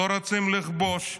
לא רוצים לכבוש,